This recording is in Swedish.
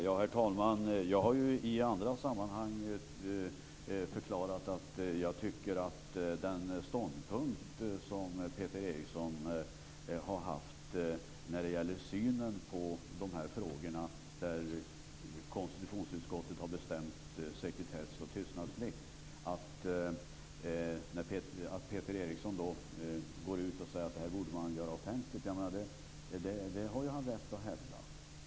Herr talman! Jag har ju i andra sammanhang förklarat vad jag tycker om den ståndpunkt som Peter Eriksson har haft när det gäller synen på de frågor där konstitutionsutskottet har bestämt om sekretess och tystnadsplikt. Peter Eriksson säger att man borde göra det här offentligt. Det har han rätt att hävda.